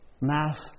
mass